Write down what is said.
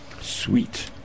Sweet